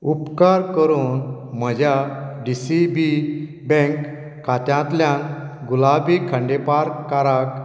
उपकार करून म्हज्या डी सी बी बँक खात्यांतल्यान गुलाबी खांडेपारकाराक